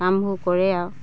কামবোৰ কৰে আৰু